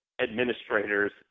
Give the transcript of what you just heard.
administrators